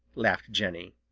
laughed jenny.